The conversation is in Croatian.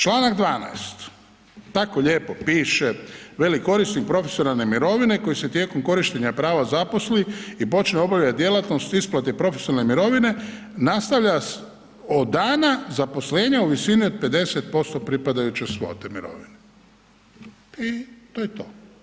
Čl. 12., tako lijepo piše, veli, korisnik profesionalne mirovine koji se tijekom korištenja prava zaposli i počne obavljati djelatnost isplate profesionalne mirovine, nastavlja od dana zaposlenja u visini od 50% pripadajuće svote mirovine i to je to.